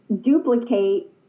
duplicate